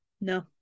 No